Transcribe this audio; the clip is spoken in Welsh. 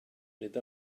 nid